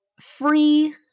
free